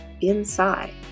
inside